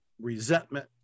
resentment